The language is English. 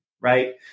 right